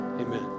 amen